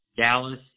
Dallas